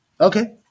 Okay